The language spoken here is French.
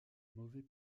mauvais